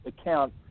account